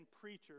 preachers